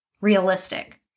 realistic